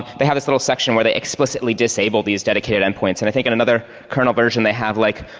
they have this little section where they explicitly disabled these dedicated end points. and i think in another kernel version they have like,